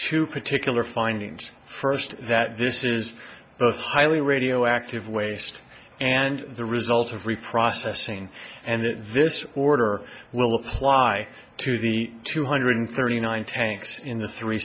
two particular findings first that this is both highly radioactive waste and the result of reprocessing and that this order will apply to the two hundred thirty nine tanks in the three